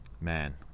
man